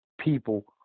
people